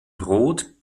rot